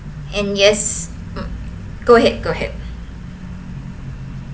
and yes mm go ahead go ahead